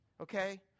okay